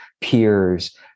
peers